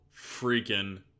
freaking